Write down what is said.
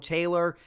Taylor